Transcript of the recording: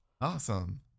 Awesome